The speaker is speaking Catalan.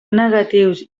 negatius